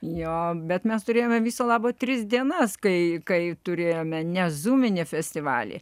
jo bet mes turėjome viso labo tris dienas kai kai turėjome ne zūmini festivalį